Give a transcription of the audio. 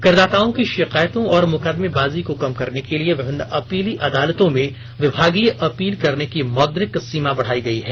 करदाताओं की शिकायतों और मुकदमेबाजी को कम करने के लिए विभिन्न अपीली अदालतों में विभागीय अपील करने की मौद्रिक सीमा बढाई गई है